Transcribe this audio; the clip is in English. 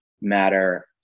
matter